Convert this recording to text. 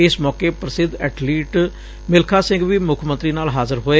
ਇਸ ਮੌਕੇ ਪ੍ਸਿੱਧ ਐਬਲੀਟ ਮਿਲਖਾ ਸਿੰਘ ਵੀ ਮੁੱਖ ਮੰਤਰੀ ਨਾਲ ਹਾਜ਼ਰ ਹੋਏ